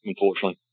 unfortunately